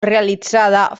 realitzada